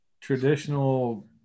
traditional